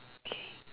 K